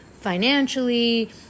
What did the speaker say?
financially